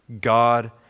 God